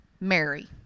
Mary